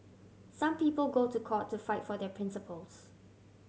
some people go to court to fight for their principles